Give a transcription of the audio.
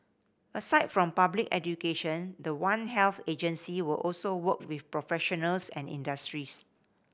aside from public education the One Health agency will also work with professionals and industries